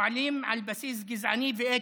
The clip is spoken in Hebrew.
שפועלים על בסיס גזעני ואתני,